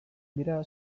dira